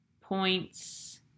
points